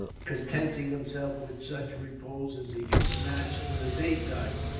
contenting himself with such repose as he could snatch in the daytime,